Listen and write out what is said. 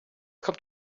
kommt